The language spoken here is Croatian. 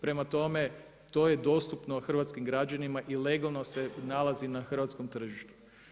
Prema tome, to je dostupno hrvatskim građanima i legalno se nalazi na hrvatskom tržištu.